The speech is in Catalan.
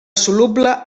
soluble